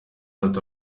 ati